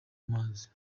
amazi